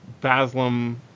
Baslam